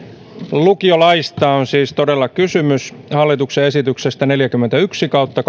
lukiolaista on siis todella kysymys hallituksen esityksestä neljäkymmentäyksi kautta